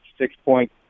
six-point